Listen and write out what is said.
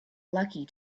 lucky